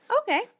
okay